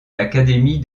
l’académie